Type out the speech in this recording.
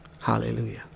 Hallelujah